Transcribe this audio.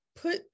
put